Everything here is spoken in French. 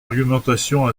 argumentation